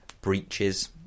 breaches